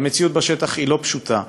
והמציאות בשטח היא לא פשוטה,